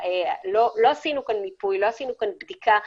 לא עשינו מיפוי או בדיקת